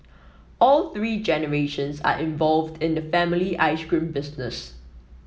all three generations are involved in the family ice cream business